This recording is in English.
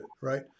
right